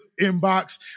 inbox